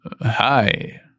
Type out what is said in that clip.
hi